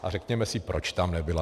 A řekněme si, proč tam nebyla.